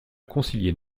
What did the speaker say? concilier